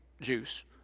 juice